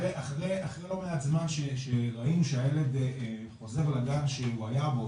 אחרי לא מעט זמן שראינו שהילד חוזר לגן שהוא היה בו,